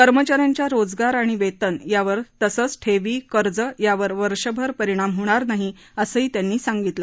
कर्मचाऱ्यांच्या रोजगार आणि वेतन यावर तसंच ठेवी कर्ज यावर वर्षभर परिणाम होणार नाही असंही अर्थमंत्र्यांनी सांगितलं